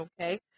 okay